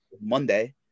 Monday